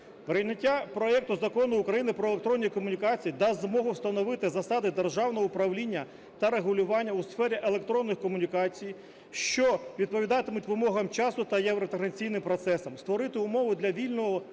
Прийняття проект Закону України про електронні комунікації дасть змогу встановити засади державного управління та регулювання у сфері електронних комунікацій, що відповідатимуть вимогам часу та євроінтеграційним процесам, створити умови для вільного входу